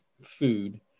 food